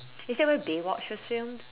is that where Baywatch was filmed